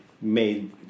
made